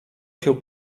się